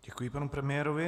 Děkuji panu premiérovi.